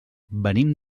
venim